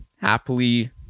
happily